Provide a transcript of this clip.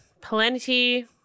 plenty